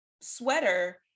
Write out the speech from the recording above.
sweater